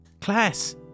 Class